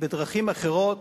בדרכים אחרות,